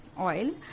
oil